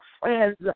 friends